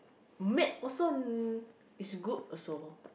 matte also is good also